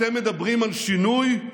אתם מדברים על שינוי,